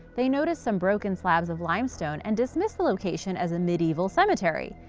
they noticed some broken slabs of limestone and dismissed the location as a medieval cemetery.